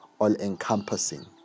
all-encompassing